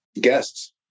guests